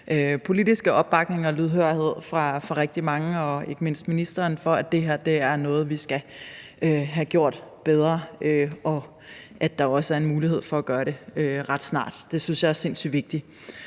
politiske opbakning og lydhørhed fra rigtig mange og ikke mindst ministeren for, at det her er noget, vi skal have gjort bedre, og at der også er en mulighed for at gøre det ret snart. Det synes jeg er sindssyg vigtigt.